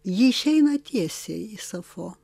ji išeina tiesiai į safo